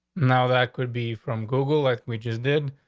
now, that could be from google, like we just did.